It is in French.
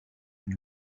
une